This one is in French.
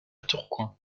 tourcoing